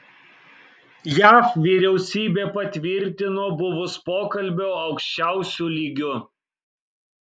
jav vyriausybė patvirtino buvus pokalbio aukščiausiu lygiu